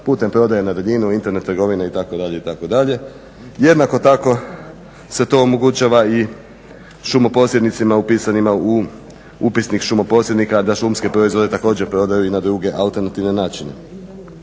putem prodaje na daljinu, Internet trgovine itd. itd. Jednako tako se to omogućava i šumoposjednicima upisanima u upisnik Šumoposjednika da šumske proizvode također prodaju i na druge alternativne načine.